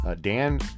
Dan